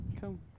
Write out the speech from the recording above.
Cool